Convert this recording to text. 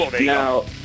Now